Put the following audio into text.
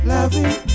Loving